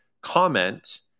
comment